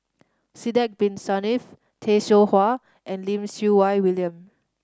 Sidek Bin Saniff Tay Seow Huah and Lim Siew Wai William